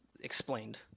explained